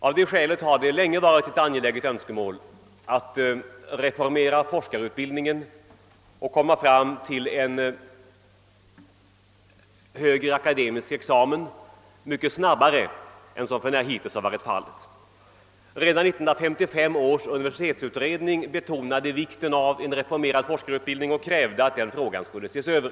Av det skälet har det länge varit ett angeläget önskemål att reformera forskarutbildningen och komma fram till en högre akademisk examen snabbare än hittills varit fallet. Redan 1955 års universitetsutredning betonade vikten av en reformerad forskarutbildning och krävde att frågan skulle ses över.